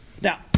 now